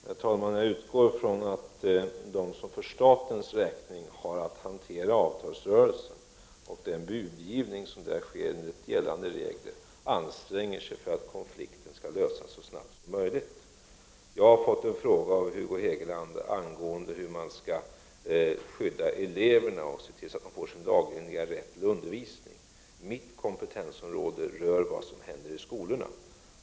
Herr talman! Jag utgår från att de som för statens räkning har att hantera avtalsrörelsen med den budgivning som där sker enligt gällande regler anstränger sig för att konflikten skall lösas så snabbt som möjligt. Jag har fått en fråga från Hugo Hegeland om hur eleverna kan skyddas, så att de får sin lagenliga rätt till undervisning. Mitt kompetensområde rör vad som händer i skolorna.